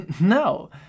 No